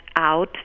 out